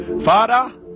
Father